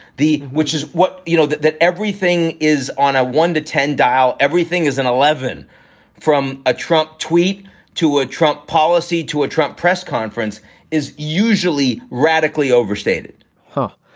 which is what you know, that that everything is on a one to ten dial everything is an eleven from a trump tweet to a trump policy to a trump press conference is usually radically overstated huh?